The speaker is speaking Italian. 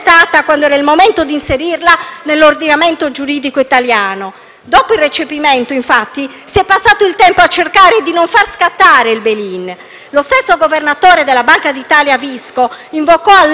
è stata contestata quando era il momento di inserirla nell'ordinamento giuridico italiano? Dopo il recepimento, infatti, si è passato il tempo a cercare di non far scattare il *bail in*. Lo stesso governatore della Banca d'Italia Ignazio Visco invitò